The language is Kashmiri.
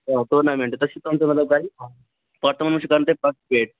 آ ٹورنامینٛٹ تۅہہِ چھُوٕ کم زیادٕ لگان تتہِ پَتہٕ تِمَن منٛز چھُوٕ کٔرٕنۍ پَتہٕ پیڈ